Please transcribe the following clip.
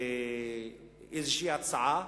והצעה